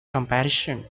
comparison